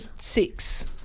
six